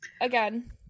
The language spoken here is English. again